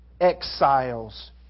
exiles